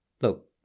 Look